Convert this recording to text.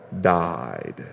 died